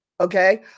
Okay